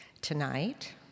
tonight